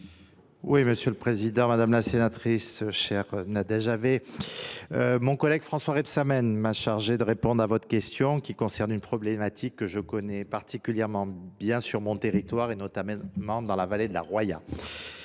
à M. le ministre. Madame la sénatrice, chère Nadège Havet, mon collègue François Rebsamen m’a chargé de répondre à votre question, qui porte sur un problème que je connais particulièrement bien sur mon territoire, notamment dans la vallée de la Roya.